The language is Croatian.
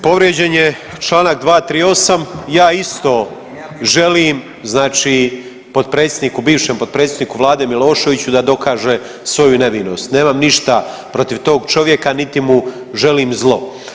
Povrijeđen je čl. 238., ja isto želim znači potpredsjedniku, bivšem potpredsjedniku vlade Miloševiću da dokaže svoju nevinost, nemam ništa protiv tog čovjeka, niti mu želim zlo.